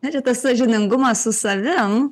netgi tas sąžiningumas su savim